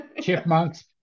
chipmunks